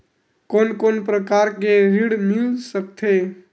कोन कोन प्रकार के ऋण मिल सकथे?